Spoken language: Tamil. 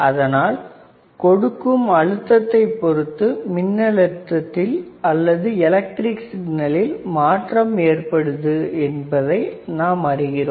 இதனால் கொடுக்கப்படும் அழுத்தத்தைப் பொறுத்து மின்னழுத்தத்தின் அல்லது எலக்ட்ரிக் சிக்னலில் மாற்றம் ஏற்படுகிறது என்பதை அறிகிறோம்